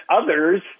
others